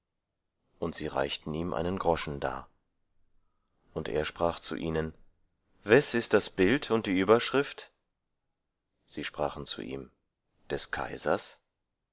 und sie reichten ihm einen groschen dar und er sprach zu ihnen wes ist das bild und die überschrift sie sprachen zu ihm des kaisers